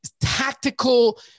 tactical